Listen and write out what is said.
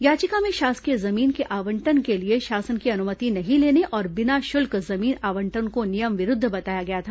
याचिका में शासकीय जमीन के आवंटन के लिए शासन की अनुमति नहीं लेने और बिना शुल्क जमीन आवंटन को नियम विरूद्ध बताया गया था